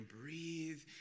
breathe